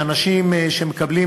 שאנשים שמקבלים